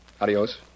Adios